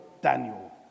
Daniel